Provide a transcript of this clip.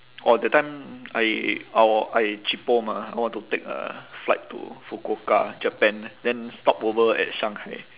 orh that time I orh I cheapo mah I want to take a flight to fukuoka japan then stopover at shanghai